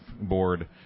board